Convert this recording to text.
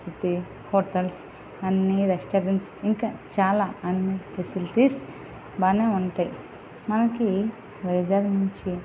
వసతి హోటల్స్ అన్నీ రెస్టబుల్స్ ఇంకా చాలా అన్నీ ఫెసీలిటీస్ బాగా ఉంటాయి మనకి వైజాగ్ నుంచి